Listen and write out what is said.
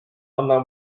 anna